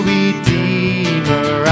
Redeemer